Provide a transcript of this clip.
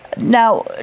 Now